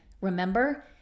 remember